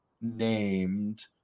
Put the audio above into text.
named